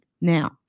Now